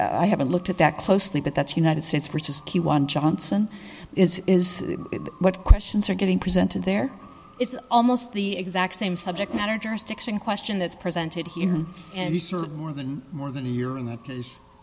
and i haven't looked at that closely but that's united states versus q one johnson is is what questions are getting presented there it's almost the exact same subject matter jurisdiction question that's presented here and you serve more than more than a year